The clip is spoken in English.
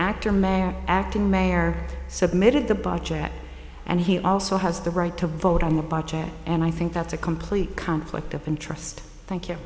actor mayor acting mayor submitted the budget and he also has the right to vote on the by chad and i think that's a complete conflict of interest thank you